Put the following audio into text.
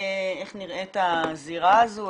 נראית הזירה הזאת,